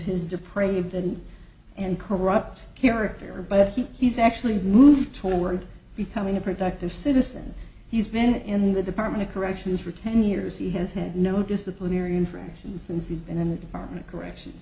the and corrupt character but he's actually moved toward becoming a productive citizen he's been in the department of corrections for ten years he has had no disciplinary infractions since he's been in the department of corrections